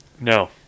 No